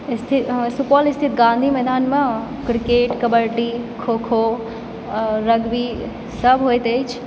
स्थित सुपौल स्थित गाँधी मैदानमे क्रिकेट कबड्डी खोखो आओर रग्बीसभ होयत अछि